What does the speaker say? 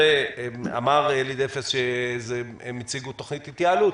אמר אלי דפס שהם הציגו תוכנית התייעלות.